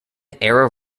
era